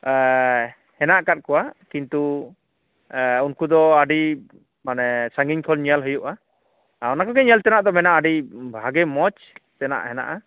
ᱦᱮᱱᱟᱜ ᱟᱠᱟᱫ ᱠᱚᱣᱟ ᱠᱤᱱᱛᱩ ᱩᱱᱠᱩ ᱫᱚ ᱟᱹᱰᱤ ᱢᱟᱱᱮ ᱥᱟᱺᱜᱤᱧ ᱠᱷᱚᱱ ᱧᱮᱞ ᱦᱩᱭᱩᱜᱼᱟ ᱚᱱᱟ ᱠᱚᱜᱮ ᱧᱮᱞ ᱛᱮᱱᱟᱜ ᱫᱚ ᱢᱮᱱᱟᱜᱼᱟ ᱟᱹᱰᱤ ᱵᱷᱟᱜᱮ ᱢᱚᱡᱽ ᱛᱮᱱᱟᱜ ᱦᱮᱱᱟᱜᱼᱟ